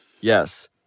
yes